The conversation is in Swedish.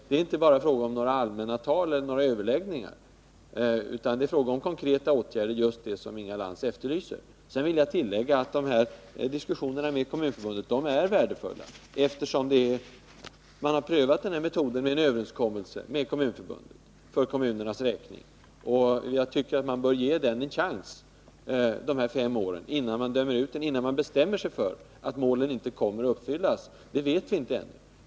Det är inte bara fråga om allmänt tal eller överläggningar, utan det är fråga om konkreta åtgärder — just det som Inga Lantz efterlyser. Sedan vill jag tillägga att diskussionerna med Kommunförbundet är värdefulla. Man har prövat metoden med en överenskommelse med Kommunförbundet för kommunernas räkning, och jag tycker att man bör ge den en chans under de här fem åren innan man bestämmer sig för att målen inte kommer att uppfyllas. Det vet vi inte ännu.